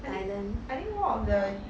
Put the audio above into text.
thailand bah